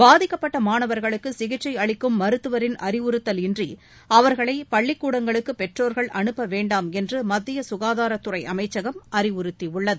பாதிக்கப்பட்ட மாணவர்களுக்கு சிகிச்சை அளிக்கும் மருத்துவரின் அறிவுறுத்தல் இன்றி அவர்களை பள்ளிக் கூடங்களுக்கு பெற்றோர்கள் அனுப்ப வேண்டாம் என்று மத்திய சுகாதாரத் துறை அமைச்சகம் அறிவுறுத்தியுள்ளது